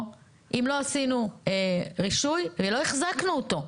אם לא עשינו רישוי ולא החזקנו אותו.